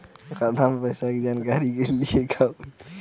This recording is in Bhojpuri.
खाता मे पैसा के जानकारी के लिए का होई?